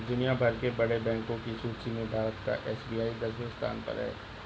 दुनिया भर के बड़े बैंको की सूची में भारत का एस.बी.आई दसवें स्थान पर है